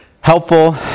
helpful